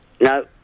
No